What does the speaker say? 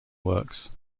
works